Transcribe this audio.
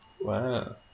Wow